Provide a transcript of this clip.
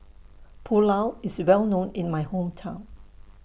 Pulao IS Well known in My Hometown